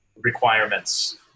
requirements